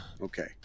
Okay